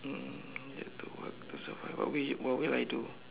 um need to work to survive what will what will I do